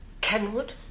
Kenwood